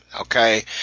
Okay